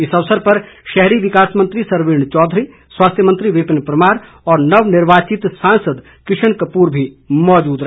इस अवसर पर शहरी विकास मंत्री सरवीण चौधरी स्वास्थ्य मंत्री विपिन परमार और नवनिर्वाचित सांसद किशन कपूर भी मौजूद रहे